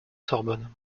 sorbonne